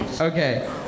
Okay